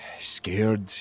scared